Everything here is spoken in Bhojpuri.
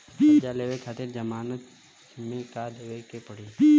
कर्जा लेवे खातिर जमानत मे का देवे के पड़ी?